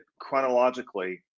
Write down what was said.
chronologically